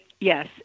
yes